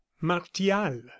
martial